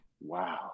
Wow